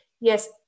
yes